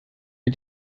mir